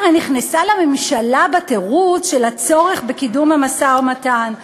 היא הרי נכנסה לממשלה בתירוץ של הצורך בקידום המשא-ומתן.